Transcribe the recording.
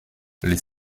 les